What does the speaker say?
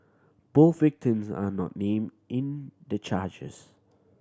both victims are not named in the charges